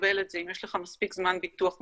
לקבל את זה אם יש לך מספיק זמן ביטוח מושלם.